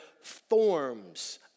forms